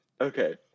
Okay